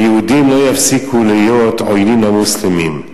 היהודים לא יפסיקו להיות עוינים למוסלמים.